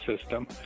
system